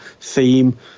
theme